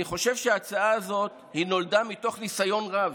אני חושב שההצעה הזאת נולדה מתוך ניסיון רב,